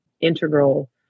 integral